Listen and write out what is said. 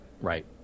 Right